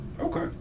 Okay